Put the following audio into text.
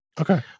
okay